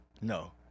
No